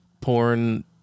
porn